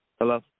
Hello